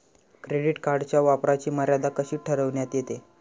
Credit कार्डच्या वापराची मर्यादा कशी ठरविण्यात येते?